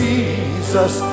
Jesus